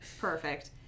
Perfect